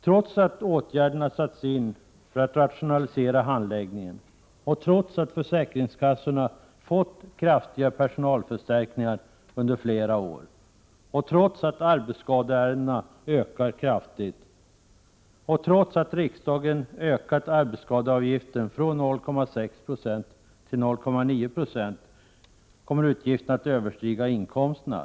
Trots att åtgärder vidtagits för att rationalisera handläggningen, trots att försäkringskassorna har fått kraftiga personalförstärkningar under flera år, trots att antalet arbetsskadeärenden ökar kraftigt och trots att riksdagen har höjt arbetsskadeavgiften från 0,6 till 0,9 90 av avgiftsunderlaget, kommer utgifterna att överstiga inkomsterna.